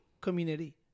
community